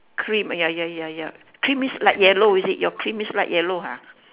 cream ya ya ya ya cream means light yellow is it your cream means light yellow ha